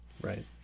Right